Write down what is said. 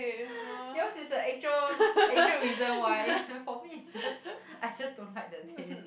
yours is a actual actual reason why for me it's just I just don't like the taste